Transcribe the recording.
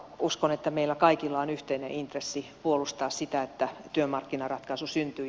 uskon että meillä kaikilla on yhteinen intressi puolustaa sitä että työmarkkinaratkaisu syntyy